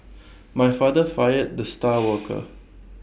my father fired the star worker